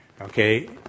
okay